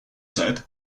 said